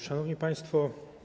Szanowni Państwo!